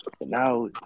Now